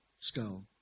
skull